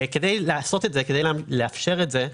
כדי לעשות את זה, כדי לאפשר את זה,